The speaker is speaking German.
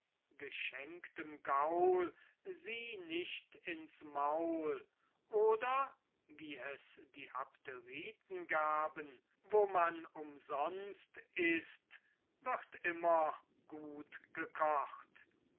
geschenktem gaul sieh nicht ins maul oder wie es die abderiten gaben wo man umsonst ißt wird immer gut gekocht